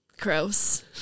gross